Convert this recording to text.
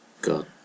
God